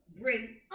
bring